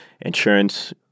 Insurance